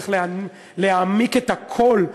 איך להעמיק את הקול,